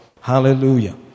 Hallelujah